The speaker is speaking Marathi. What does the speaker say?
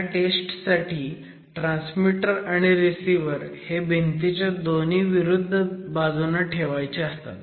ह्या टेस्ट साठी ट्रान्समीटर आणि रिसिव्हर हे भिंतीच्या दोन विरुद्ध बाजूंना ठेवायचे असतात